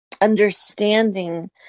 understanding